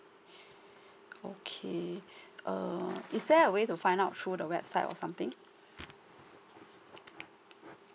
okay uh is there a way to find out through the website or something